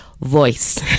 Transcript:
voice